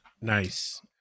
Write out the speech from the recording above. nice